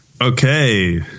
okay